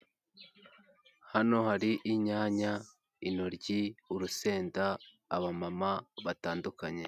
Hano hari inyanya, intoryi, urusenda, abamama batandukanye.